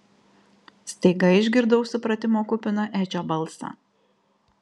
staiga išgirdau supratimo kupiną edžio balsą